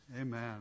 Amen